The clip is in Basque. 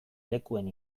lekuen